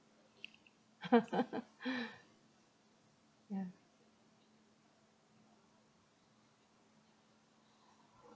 yeah